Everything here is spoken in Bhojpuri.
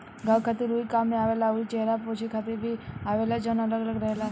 घाव खातिर रुई काम में आवेला अउरी चेहरा पोछे खातिर भी आवेला जवन अलग अलग रहेला